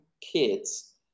kids